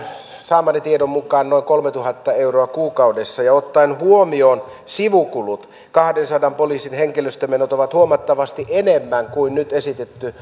saamani tiedon mukaan noin kolmetuhatta euroa kuukaudessa ja ottaen huomioon sivukulut kahdensadan poliisin henkilöstömenot ovat huomattavasti enemmän kuin nyt esitetty